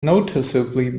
noticeably